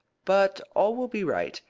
but all will be right,